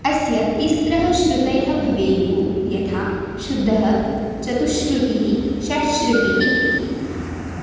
अस्य तिस्रः श्रुतयः भवेयुः यथा शुद्धः चतुःश्रुतिः षट्श्रुतिः इति